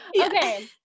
Okay